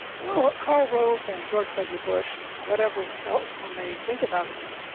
well karl rove and george w. bush, whatever else one may think about them,